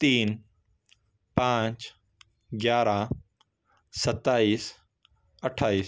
تین پانچ گیارہ ستائیس اَٹھائیس